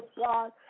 God